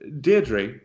Deirdre